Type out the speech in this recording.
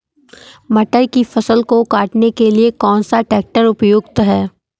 मटर की फसल को काटने के लिए कौन सा ट्रैक्टर उपयुक्त है?